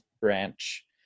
branch